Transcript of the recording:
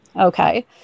okay